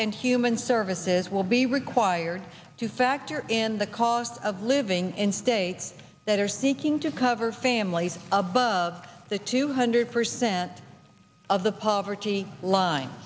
and human services will be required to factor in the cost of living in states that are seeking to cover families above the two hundred percent of the poverty line